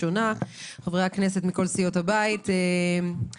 חברי הכנסת מכל סיעות הבית חתמו,